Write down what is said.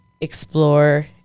explore